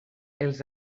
els